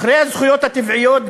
אחרי הזכויות הטבעיות,